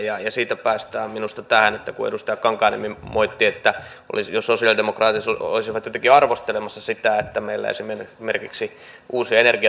ja siitä päästään minusta tähän kun edustaja kankaanniemi moitti että sosialidemokraatit olisivat jotenkin arvostelemassa sitä että meillä esimerkiksi uusia energiantuotannon muotoja kehitetään